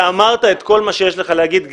ואמרת את כל מה שיש לך להגיד,